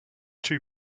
two